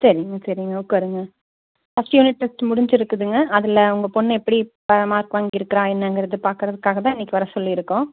சரிங்க சரிங்க உட்காருங்க ஃபஸ்ட் யூனிட் டெஸ்ட்டு முடிஞ்சிருக்குதுங்க அதில் உங்கள் பொண்ணு எப்படி மார்க் வாங்கிருக்கிறா என்னாங்கிறதை பார்க்கறதுக்காக தான் இன்றைக்கு வர சொல்லியிருக்கோம்